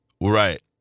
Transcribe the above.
Right